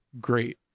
great